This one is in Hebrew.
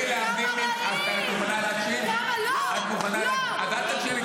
אני להבדיל ממך --- כמה --- את יכולה להקשיב?